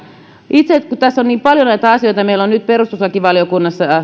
itse asiassa kun tässä on niin paljon näitä asioita ja meillä on nyt perustuslakivaliokunnassa